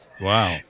Wow